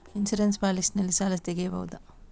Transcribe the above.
Insurance policy ನಲ್ಲಿ ಸಾಲ ತೆಗೆಯಬಹುದ?